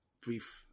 brief